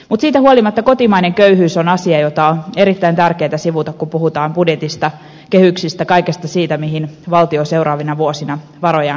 mutta siitä huolimatta kotimainen köyhyys on asia jota on erittäin tärkeätä sivuta kun puhutaan budjetista kehyksistä kaikesta siitä mihin valtio seuraavina vuosina varojaan kohdentaa